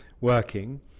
working